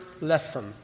lesson